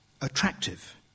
attractive